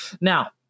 now